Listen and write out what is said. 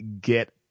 get